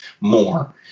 more